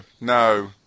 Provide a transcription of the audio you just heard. no